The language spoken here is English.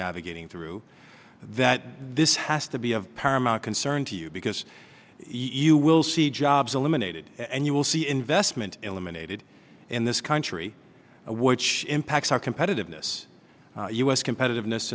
navigating through that this has to be of paramount concern to you because you will see jobs eliminated and you will see investment eliminated in this country which impacts our competitiveness u s competitiveness